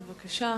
בבקשה.